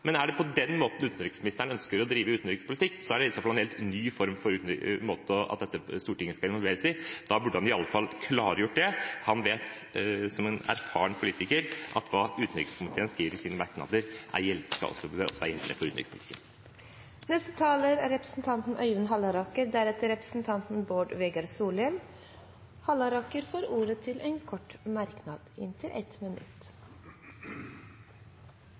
Men er det på den måten utenriksministeren ønsker å drive utenrikspolitikk, så er det i så fall en helt ny måte som Stortinget skal involveres på. Da burde han iallfall ha klargjort det. Han vet som en erfaren politiker at hva utenrikskomiteen skriver i sine merknader, er gjeldende … Tiden er ute. Øyvind Halleraker har hatt to ganger tidligere og får ordet til en kort merknad, begrenset til 1 minutt.